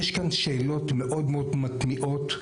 יש כאן שאלות מאוד מאוד מתמיהות.